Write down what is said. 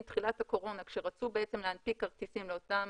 עם תחילת הקורונה, כשרצו להנפיק כרטיסים לאותם